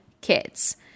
kids